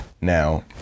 Now